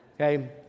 okay